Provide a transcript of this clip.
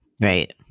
Right